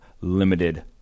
limited